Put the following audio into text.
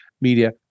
media